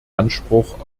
anspruch